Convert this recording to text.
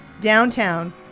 Downtown